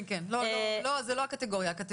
זאת לא הקטגוריה.